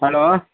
hello